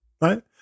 Right